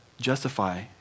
justify